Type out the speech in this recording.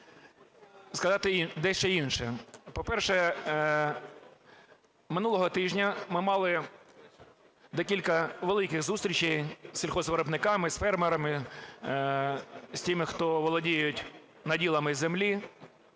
сказати дещо інше. По-перше, минулого тижня ми мали декілька великих зустрічей з сільгоспвиробниками, з фермерами, з тими хто володіють наділами землі.